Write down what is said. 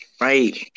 Right